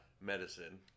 medicine